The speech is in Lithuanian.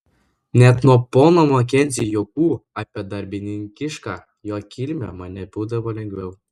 net nuo pono makenzio juokų apie darbininkišką jo kilmę man nebūdavo lengviau